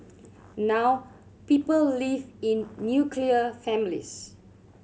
now people live in nuclear families